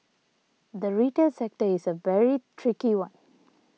the retail sector is a very tricky one